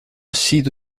sido